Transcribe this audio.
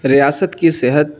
ریاست کی صحت